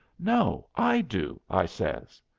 no i do, i says.